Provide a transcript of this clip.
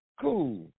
cool